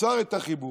יצר את החיבור.